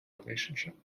relationship